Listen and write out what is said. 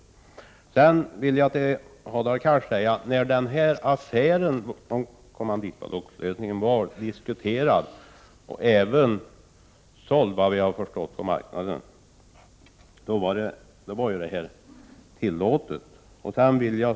155 Till Hadar Cars vill jag säga: När affären med kommanditbolag diskuterades och, vad vi har förstått, försäljning också hade skett, då var det hela tillåtet.